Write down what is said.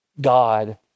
God